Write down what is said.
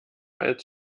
als